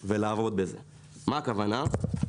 המנכ"ל שאינו מומחה בגיוסי הון אלא בתחומו,